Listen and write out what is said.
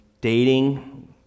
dating